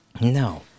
No